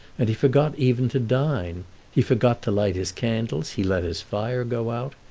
and he forgot even to dine he forgot to light his candles, he let his fire go out,